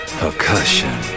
percussion